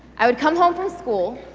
i would come home from school,